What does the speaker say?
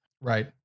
Right